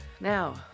now